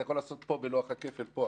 אתה יכול לעשות את זה פה בלוח הכפל עכשיו,